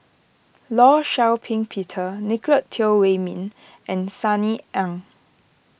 Law Shau Ping Peter Nicolette Teo Wei Min and Sunny Ang